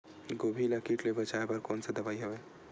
गोभी ल कीट ले बचाय बर कोन सा दवाई हवे?